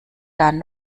dann